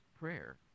prayer